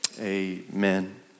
amen